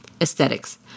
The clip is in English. aesthetics